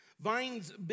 Vine's